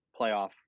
playoff